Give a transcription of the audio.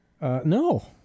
No